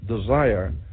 desire